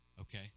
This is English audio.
Okay